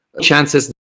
Chances